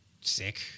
sick